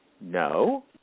no